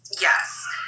yes